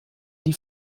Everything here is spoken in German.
die